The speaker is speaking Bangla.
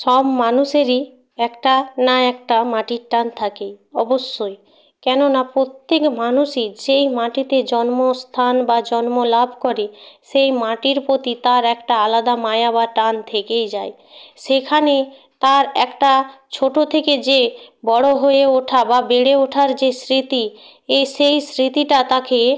সব মানুষেরই একটা না একটা মাটির টান থাকেই অবশ্যই কেন না প্রত্যেক মানুষই যেই মাটিতে জন্মস্থান বা জন্ম লাভ করে সেই মাটির প্রতি তার একটা আলাদা মায়া বা টান থেকেই যায় সেখানে তার একটা ছোট থেকে যে বড় হয়ে ওঠা বা বেড়ে ওঠার যে স্মৃতি এই সেই স্মৃতিটা তাকে